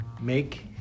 make